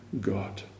God